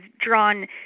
drawn